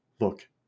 look